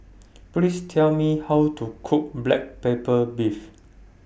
Please Tell Me How to Cook Black Pepper Beef